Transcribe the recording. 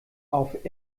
auf